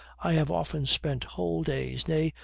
i have often spent whole days, nay,